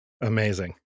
Amazing